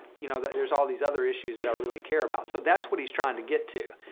you know, there's all these other issues that i really care about. so that's what he's trying to get to,